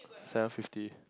seven fifty